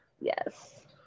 Yes